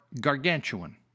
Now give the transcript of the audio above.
gargantuan